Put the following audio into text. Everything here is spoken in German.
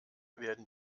werden